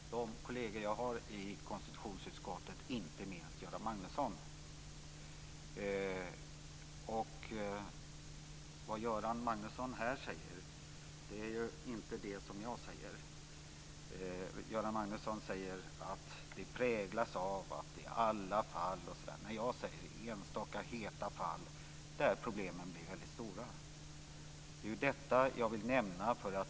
Fru talman! Jag har full respekt och aktning för de kolleger som jag har i konstitutionsutskottet, och inte minst Göran Magnusson. Vad Göran Magnusson här säger är inte det som jag säger. Göran Magnusson talar om vad arbetet präglas av och att vi i alla fall osv. Men jag säger att det finns enstaka heta fall där problemen blir väldigt stora. Det är detta jag vill nämna.